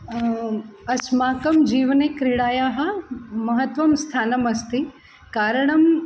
अस्माकं जीवने क्रीडायाः महत्वं स्थानम् अस्ति कारणं